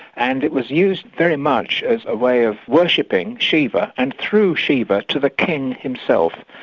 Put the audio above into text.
and it was used very much as a way of worshipping shiva, and through shiva to the king himself.